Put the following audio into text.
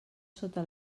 sota